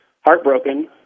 heartbroken